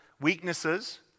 weaknesses